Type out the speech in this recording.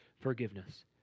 forgiveness